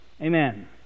Amen